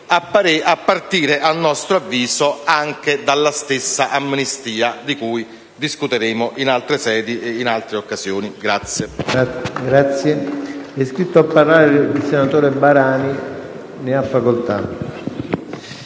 a partire, a nostro avviso, anche dalla stessa amnistia, di cui discuteremo in altre sedi e in altre occasioni.